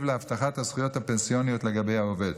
להבטחת הזכויות הפנסיוניות לגבי העובד.